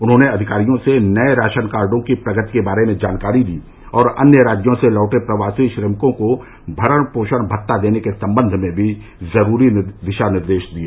उन्होंने अधिकारियों से नए राशन कार्डों की प्रगति के बारे में जानकारी ली और अन्य राज्यों से लौटे प्रवासी श्रमिकों को भरण पोषण भत्ता देने के संबंध में भी जरूरी दिशा निर्देश दिए